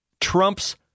Trump's